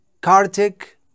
Kartik